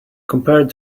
compared